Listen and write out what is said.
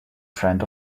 friend